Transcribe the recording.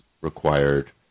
required